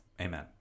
amen